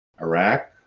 Iraq